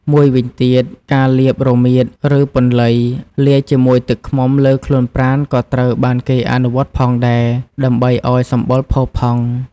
មួយវិញទៀត ការលាប រមៀត ឬ ពន្លៃ លាយជាមួយទឹកឃ្មុំលើខ្លួនប្រាណក៏ត្រូវបានគេអនុវត្តផងដែរ ដើម្បីឱ្យសម្បុរផូរផង់។